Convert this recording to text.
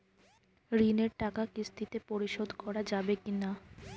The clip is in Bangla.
ঋণের টাকা কিস্তিতে পরিশোধ করা যাবে কি না?